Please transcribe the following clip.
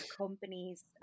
Companies